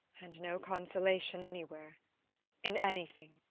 and no consolation anywhere in anything.